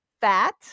fat